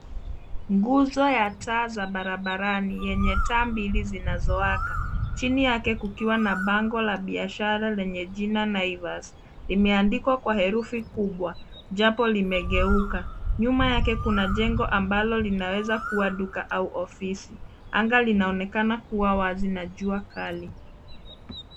Nguzo ya taa za barabarani yenye taa mbili zinazowaka. Chini yake kukiwa na bango la biashara lenye jina Naivas. Imeandikwa kwa herufi kubwa, japo limegeuka. Nyuma yake kuna jengo ambalo linaweza kuwa duka au ofisi. Anga linaonekana kuwa wazi na jua kali.